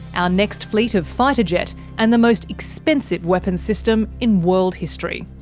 our next fleet of fighter jet and the most expensive weapons system in world history.